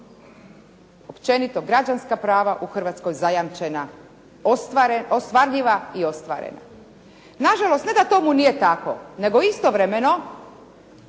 općenito građanska prava u Hrvatskoj zajamčena ostvarljiva i ostvarena. Nažalost, ne da tomu nije tako nego istovremeno